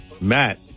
Matt